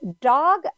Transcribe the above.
dog